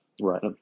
right